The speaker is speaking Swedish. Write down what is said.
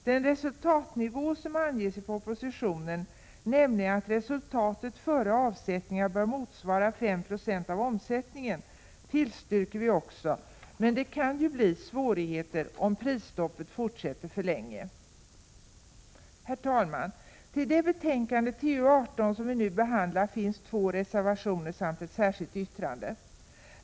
Den resultatnivå som anges i propositionen, nämligen att resultatet före avsättningar bör motsvara 5 9o av omsättningen, tillstyrker vi också. Men det kan bli svårigheter om prisstoppet fortsätter för länge. Herr talman! Till det betänkande, TU:18, som vi nu behandlar finns två reservationer samt ett särskilt yttrande.